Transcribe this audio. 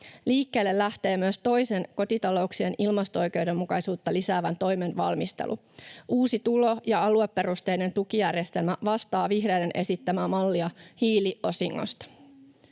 Liikkeelle lähtee myös toisen kotitalouksien ilmasto-oikeudenmukaisuutta lisäävän toimen valmistelu: uusi tulo- ja alueperusteinen tukijärjestelmä vastaa vihreiden esittämää mallia hiiliosingosta.